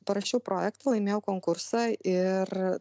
parašiau projektą laimėjau konkursą ir